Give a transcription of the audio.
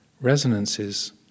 resonances